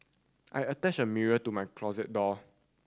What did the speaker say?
I attached a mirror to my closet door